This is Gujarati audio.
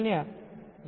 1 ની આસપાસ છે